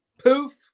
poof